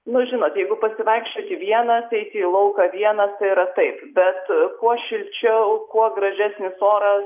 nu žinot jeigu pasivaikščioti vienas eiti į lauką vienas tai yra taip bet kuo šilčiau kuo gražesnis oras